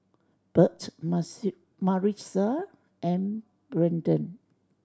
Burt Maritza and Brennen